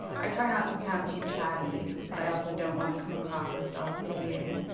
i try not to sound too chatty, but i also don't want to come across as self-pitying.